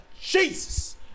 Jesus